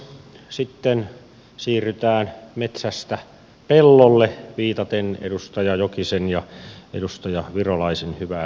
sitten siirrytään metsästä pellolle viitaten edustaja jokisen ja edustaja virolaisen hyviin puheenvuoroihin